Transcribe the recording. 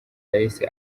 yahise